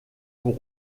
pour